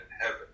heaven